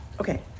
Okay